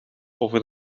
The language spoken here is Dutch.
over